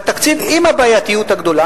עם הבעייתיות הגדולה.